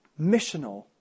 missional